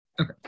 Okay